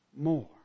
more